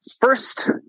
first